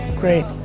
great.